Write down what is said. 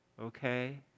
okay